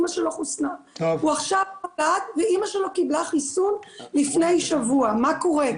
הוא עכשיו נולד ואימא שלו קיבלה חיסון לפני שבוע מה קורה?